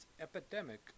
epidemic